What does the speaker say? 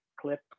clip